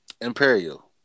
Imperial